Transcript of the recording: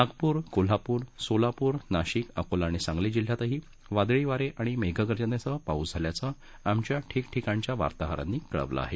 नागपूर कोल्हापूर सोलापूर नाशिक अकोला आणि सांगली जिल्ह्यातही वादळी वारं आणि मेघगर्जनेसह पाऊस झाल्याचं आमच्या ठिकठिकाणच्या वार्ताहरांनी कळवलं आहे